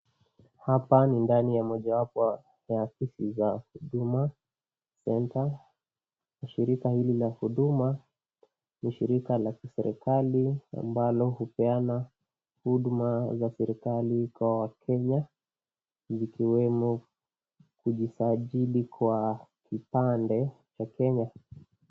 Hapa ni ndani ya mojawapo ya ofisi za huduma senta ,shiriki hili la huduma ni shirika la kiserikali ambalo upeana huduma za serikali kwa wakenya zikiwemo kujisajili kwa kipande cha Kenya.